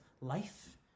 life